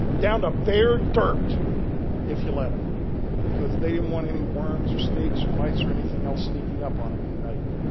down to bare dirt if you let them because they didn't want any worms or snakes or mice or anything else sneaking up on them in the night.